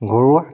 ঘৰুৱা